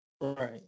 Right